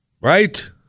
right